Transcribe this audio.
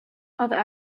other